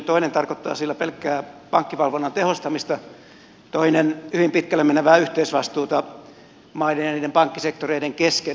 toinen tarkoittaa sillä pelkkää pankkivalvonnan tehostamista toinen hyvin pitkälle menevää yhteisvastuuta maiden ja niiden pankkisektoreiden kesken